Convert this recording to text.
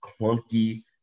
clunky